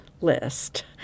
list